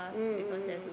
mm mm mm mm